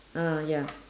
ah ya